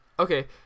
Okay